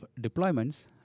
deployments